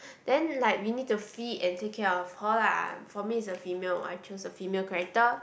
then like we need to feed and take care of her lah for me is a female I chose a female character